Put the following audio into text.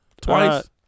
Twice